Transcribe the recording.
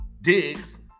Diggs